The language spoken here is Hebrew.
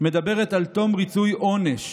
מדברת על תום ריצוי עונש,